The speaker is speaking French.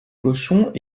cochons